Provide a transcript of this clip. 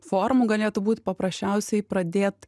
formų galėtų būt paprasčiausiai pradėt